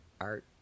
art